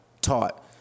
taught